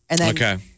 Okay